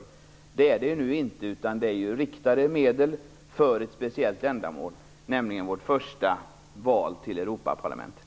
Nu är det inte fråga om extra pengar, utan det är riktade medel för ett speciellt ändamål, nämligen vårt första val till Europarlamentet.